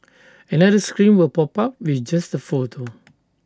another screen will pop up with just the photo